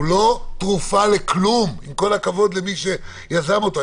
הוא לא תרופה לכלום, עם כל הכבוד למי שיזם אותו.